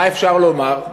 מה אפשר לומר?